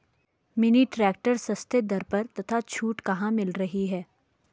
Mini tractor सस्ते दर पर तथा छूट कहाँ मिल रही है?